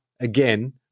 again